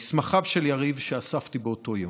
מסמכיו של יריב שאספתי באותו יום.